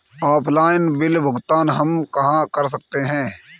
Offline bill भुगतान हम कहां कर सकते हैं?